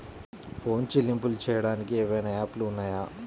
Phone చెల్లింపులు చెయ్యటానికి ఏవైనా యాప్లు ఉన్నాయా?